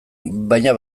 baina